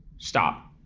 stop.